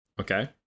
okay